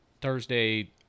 Thursday